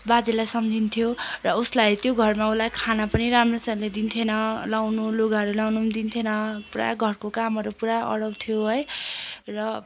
बाजेलाई सम्झिन्थ्यो र उसलाई त्यो घरमा उसलाई खाना पनि राम्रोसँगले दिन्थेनन् लगाउनु लुगाहरू लगाउनु पनि दिन्थेनन् पुरा घरको कामहरू पुरा अह्राउँथ्यो है र